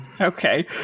okay